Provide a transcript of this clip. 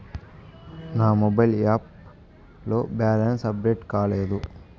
నా mobile app లో balance update కాలేదు